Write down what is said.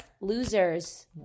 Losers